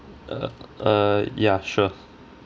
uh err ya sure